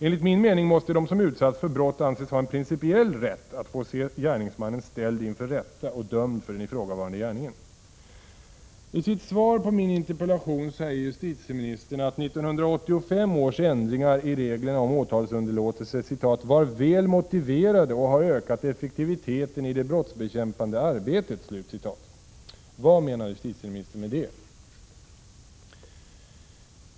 Enligt min mening måste de som utsatts för brott anses ha en principiell rätt att få se gärningsmannen ställd inför rätta och dömd för den ifrågavarande gärningen. I sitt svar på min interpellation säger justitieministern att 1985 års ändringar i reglerna om åtalsunderlåtelse ”var väl motiverade och har ökat effektiviteten i det brottsbekämpande arbetet”. Vad menar justitieministern med detta?